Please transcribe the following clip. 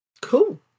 Cool